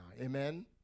Amen